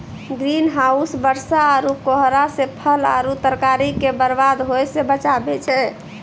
green house बरसा आरु कोहरा से फल आरु तरकारी के बरबाद होय से बचाबै छै